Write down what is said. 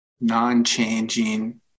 non-changing